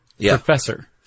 professor